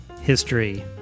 history